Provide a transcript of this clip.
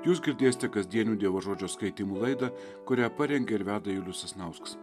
jūs girdėsite kasdienių dievo žodžio skaitymų laidą kurią parengia ir veda julius sasnauskas